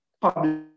public